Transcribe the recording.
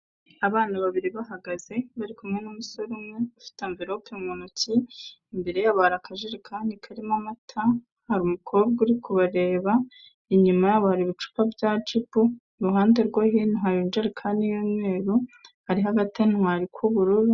Abana babiri bahagaze bari kumwe n'umusore umwe ufiteamverope mu ntoki, imbere yabo hari akajerekani karimo amata, hari umukobwa uri kubareba, inyuma babona ibicupa bya cp iruhande rwa hen hager kandihan yumweru ari hagatitwari kuubururu